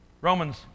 Romans